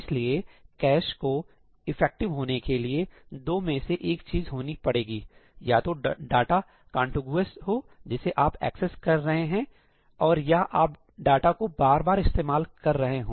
इसलिएकैश को इफेक्टिव होने के लिए 2 में से एक चीज होनी पड़ेगी या तो डाटा कांटीगुअस हो जिसे आप एक्सेस कर रहे हैं और या आप डाटा को बार बार इस्तेमाल कर रहे हों